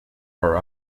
are